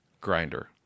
grinder